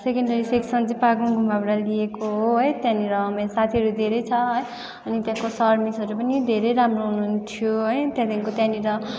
secondary section चाहिँ पागाङ गुम्बाबाट लिएको हो है अनि त्यहाँनिर मेरो साथीहरू धेरै छ है अनि त्यहाँको सर मिसहरू पनि धेरै राम्रो हुनुन्थ्यो है त्यहाँदेखिको त्यहाँनिर